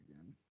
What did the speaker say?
again